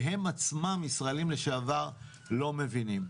הם עצמם, ישראלים לשעבר, לא מבינים.